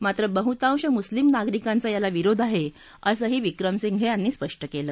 मात्र बहुतांश मुस्लिम नागरिकांचा याला विरोध आहे असंही विक्रमसिंघे यांनी स्पष्ट केलं